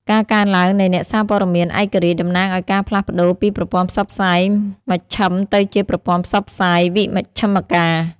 ការកើនឡើងនៃអ្នកសារព័ត៌មានឯករាជ្យតំណាងឱ្យការផ្លាស់ប្តូរពីប្រព័ន្ធផ្សព្វផ្សាយមជ្ឈិមទៅជាប្រព័ន្ធផ្សព្វផ្សាយវិមជ្ឈការ។